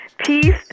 peace